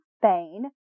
Spain